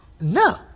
No